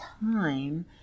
time